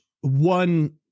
one